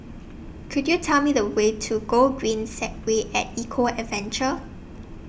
Could YOU Tell Me The Way to Gogreen Segway At Eco Adventure